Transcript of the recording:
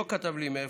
הוא לא כתב לי מאיפה,